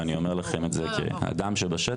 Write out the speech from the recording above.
ואני אומר לכם את זה כאדם שבשטח.